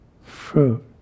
Fruit